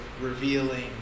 revealing